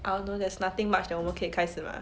err no there's nothing much that 我们可以开始 mah